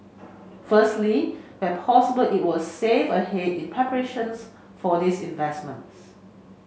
firstly where possible it will save ahead in preparations for these investments